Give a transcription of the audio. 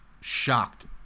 shocked